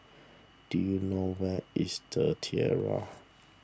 do you know where is the Tiara